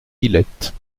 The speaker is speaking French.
islettes